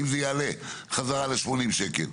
אם זה יעלה חזרה לשמונים שקל.